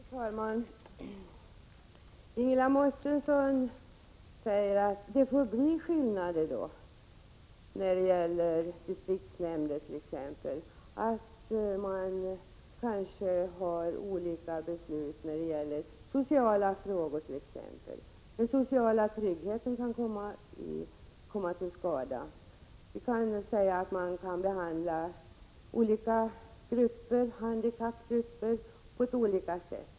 Fru talman! Ingela Mårtensson säger att det då får bli skillnader så att det i distriktshämnderna kanske kan fattas olika beslut t.ex. när det gäller sociala frågor. Den sociala tryggheten kan t.ex. komma till skada, och man kan behandla olika grupper, handikappgrupper, på olika sätt.